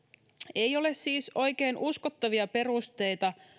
ei ole siis oikein uskottavia perusteita